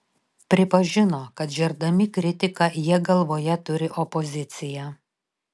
pripažino kad žerdami kritiką jie galvoje turi opoziciją